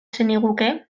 zeniguke